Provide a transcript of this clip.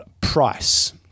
Price